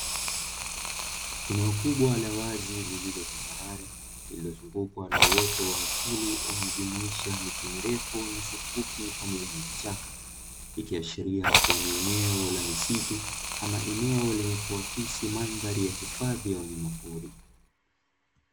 Eneo kubwa la wazi lililo tambarare lililozungukwa na uoto wa asili unaojumuisha miti mrefu, nyasi fupi pamoja na vichaka ikiashiria kuwa ni eneo la misitu au ni eneo lenye kuakisi madhari ya hifadhi ya wanyama pori.